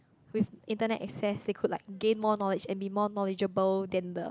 with Internet access they could like gain more knowledge and be more knowledgeable than the